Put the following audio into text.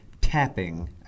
tapping